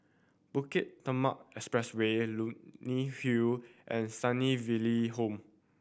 Bukit Timah Expressway Leonie Hill and Sunnyville Home